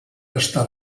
estar